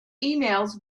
emails